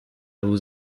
vos